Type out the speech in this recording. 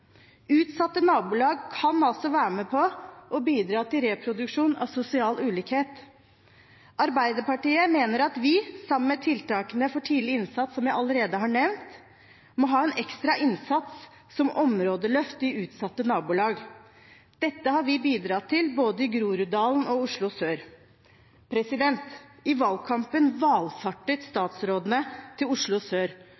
Utsatte nabolag kan altså være med på å bidra til reproduksjon av sosial ulikhet. Arbeiderpartiet mener at vi sammen med tiltakene for tidlig innsats som jeg allerede har nevnt, må ha en ekstra innsats som områdeløft i utsatte nabolag. Dette har vi bidratt til både i Groruddalen og Oslo sør. I valgkampen valfartet